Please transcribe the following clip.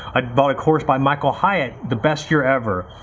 i bought a course by michael hyatt, the best year ever.